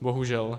Bohužel.